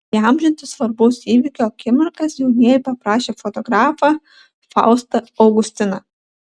įamžinti svarbaus įvykio akimirkas jaunieji paprašė fotografą faustą augustiną